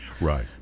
Right